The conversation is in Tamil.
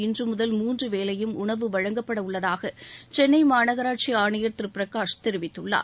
இன்றுமுதல் மூன்று வேளையும் உணவு வழங்கப்பட உள்ளதாக சென்னை மாநகராட்சி ஆணையர் திரு பிரகாஷ் தெரிவித்துள்ளார்